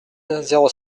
zéro